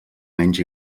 menys